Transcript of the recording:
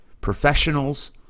Professionals